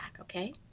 okay